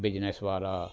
business वारा